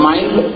Mind